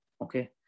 Okay